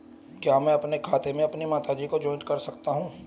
क्या मैं अपने खाते में अपनी माता जी को जॉइंट कर सकता हूँ?